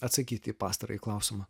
atsakyti į pastarąjį klausimą